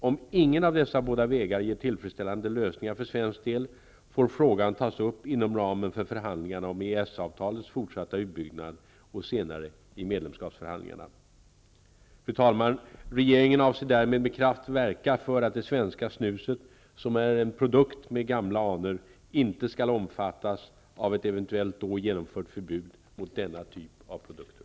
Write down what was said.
Om ingen av dessa båda vägar ger tillfredsställande lösningar för svensk del får frågan tas upp inom ramen för förhandlingarna om EES-avtalets fortsatta utbyggnad och senare i medlemskapsförhandlingarna. Fru talman! Regeringen avser därmed med kraft verka för att det svenska snuset, som är en produkt med gamla anor, inte skall omfattas av ett eventuellt då genomfört förbud mot denna typ av produkter.